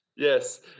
Yes